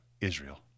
Israel